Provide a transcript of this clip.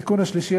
התיקון השלישי,